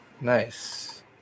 Nice